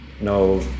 no